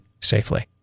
safely